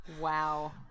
Wow